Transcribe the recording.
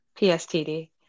pstd